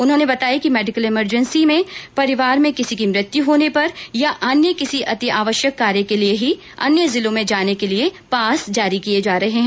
उन्होंने बताया कि मेडिकल इमरजेंसी परिवार में किसी की मृत्यु होने या अन्य किसी अतिआवश्यक कार्य के लिए अन्य जिलों में जाने के लिए भी पास जारी जारी किये जा रहे है